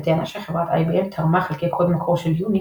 בטענה שחברת IBM תרמה חלקי קוד מקור של UNIX,